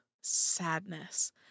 sadness